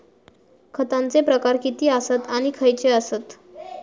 खतांचे प्रकार किती आसत आणि खैचे आसत?